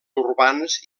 urbans